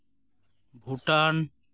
Bhutan